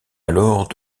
alors